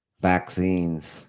vaccines